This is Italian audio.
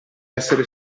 essere